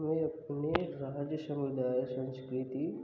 हमें अपने राज्य समुदाय संस्कृति